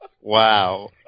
Wow